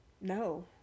No